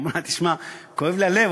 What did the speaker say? היא אמרה: כואב לי הלב,